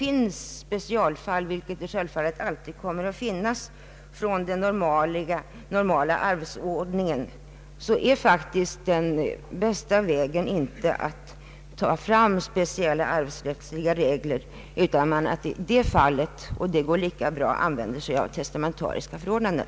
I specialfall, vilka självfallet alltid kommer att finnas, vid sidan av den normala arvsordningen, är faktiskt den bästa vägen inte att begagna speciella arvsrättsliga regler utan att använda sig av testamentariska förordnanden.